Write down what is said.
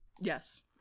Yes